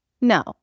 No